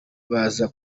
baza